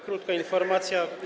Krótka informacja.